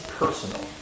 personal